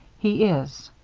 he is.